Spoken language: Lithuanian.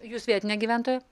jūs vietinė gyventoja